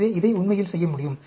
எனவே இதை உண்மையில் செய்யமுடியும்